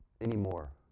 anymore